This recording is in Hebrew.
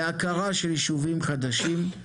בהכרה של יישובים חדשים,